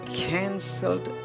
cancelled